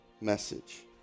message